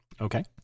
Okay